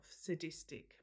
sadistic